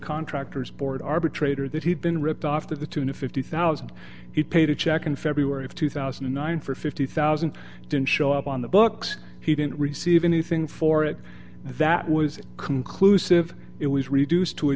contractors board arbitrator that he'd been ripped off to the tune of fifty thousand he paid a check in february of two thousand and nine for fifty thousand didn't show up on the books he didn't receive anything for it that was conclusive it was reduced to a